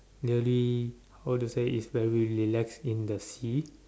really how to say is very relax in the sea